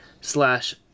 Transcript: slash